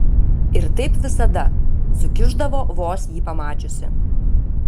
ir taip visada sukiuždavo vos jį pamačiusi